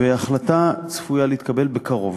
והחלטה צפויה להתקבל בקרוב.